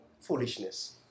Foolishness